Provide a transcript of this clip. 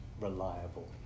reliable